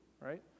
right